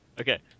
Okay